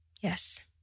Yes